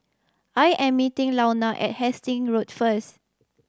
I am meeting Launa at Hasting Road first